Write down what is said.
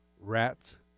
Rats